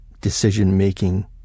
decision-making